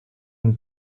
den